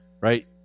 Right